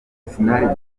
gupfa